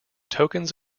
tokens